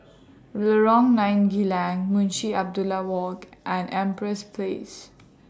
Lorong nine Geylang Munshi Abdullah Walk and Empress Place